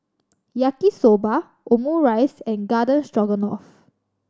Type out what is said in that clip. Yaki Soba Omurice and Garden Stroganoff